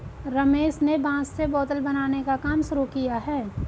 रमेश ने बांस से बोतल बनाने का काम शुरू किया है